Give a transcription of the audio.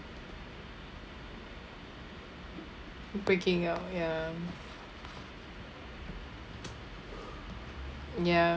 breaking out ya ya